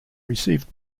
received